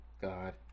God